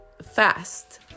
fast